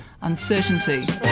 uncertainty